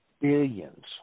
billions